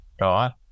right